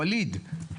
ווליד,